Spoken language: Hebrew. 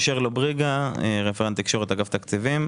רפרנט תקשורת באגף התקציבים.